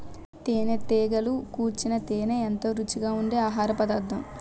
తేనెటీగలు కూర్చిన తేనే ఎంతో రుచిగా ఉండె ఆహారపదార్థం